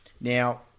Now